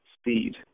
speed